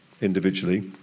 individually